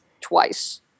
twice